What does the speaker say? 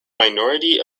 minority